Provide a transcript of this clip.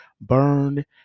burned